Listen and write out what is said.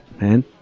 man